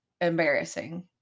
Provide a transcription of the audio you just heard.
Embarrassing